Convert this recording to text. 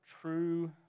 true